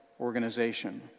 organization